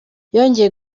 yongeye